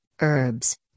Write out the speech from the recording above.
herbs